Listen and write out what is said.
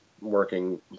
working